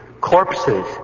Corpses